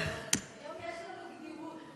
היום יש לנו קדימות.